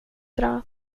bra